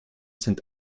sind